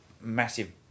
massive